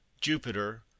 Jupiter